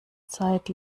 zeit